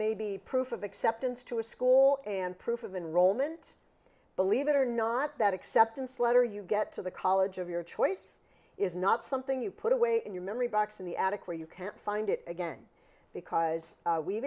maybe proof of acceptance to a school and proof of enrollment believe it or not that acceptance letter you get to the college of your choice is not something you put away in your memory box in the attic where you can't find it again because we've